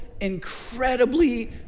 incredibly